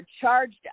charged